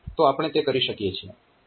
તો આપણે તે કરી શકીએ છીએ